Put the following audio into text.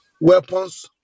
weapons